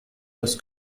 das